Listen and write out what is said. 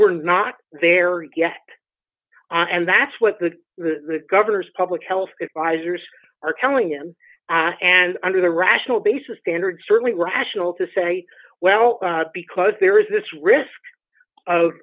we're not there yet and that's what the the governor's public health advisory are telling him and under the rational basis standard certainly rational to say well because there is this risk of